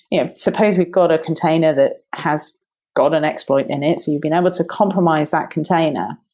and supposed we've got a container that has got an exploit and it. so you've been able to compromise that container,